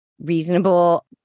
reasonable